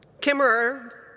Kimmerer